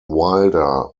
wilder